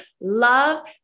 love